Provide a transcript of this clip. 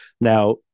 Now